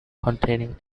containing